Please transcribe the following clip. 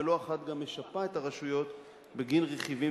ולא אחת גם משפה את הרשויות בגין רכיבים